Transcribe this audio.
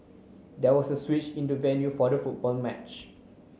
there was a switch in the venue for the football match